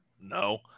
No